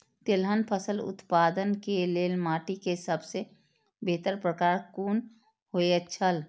तेलहन फसल उत्पादन के लेल माटी के सबसे बेहतर प्रकार कुन होएत छल?